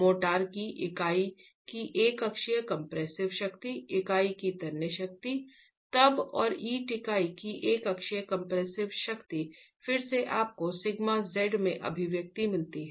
mortar की इकाई की एकअक्षीय कंप्रेसिव शक्ति इकाई की तन्य शक्ति तब और ईंट इकाई की एकअक्षीय कंप्रेसिव शक्ति फिर से आपको सिग्मा z में अभिव्यक्ति मिलती है